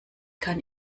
kann